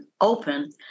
open